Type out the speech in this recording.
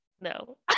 No